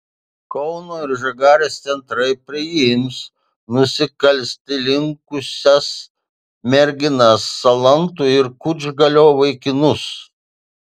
kauno ir žagarės centrai priims nusikalsti linkusias merginas salantų ir kučgalio vaikinus